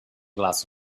glass